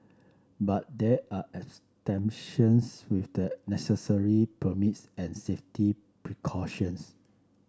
but there are exceptions with the necessary permits and safety precautions